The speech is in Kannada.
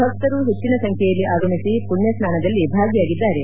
ಭಕ್ತರು ಹೆಚ್ಚಿನ ಸಂಖ್ಣೆಯಲ್ಲಿ ಆಗಮಿಸಿ ಪುಣ್ಣ ಸ್ನಾನದಲ್ಲಿ ಭಾಗಿಯಾಗಿದ್ದಾರೆ